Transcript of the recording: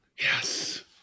Yes